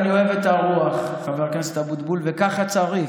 אני אוהב את הרוח, חבר הכנסת אבוטבול, וככה צריך.